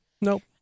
Nope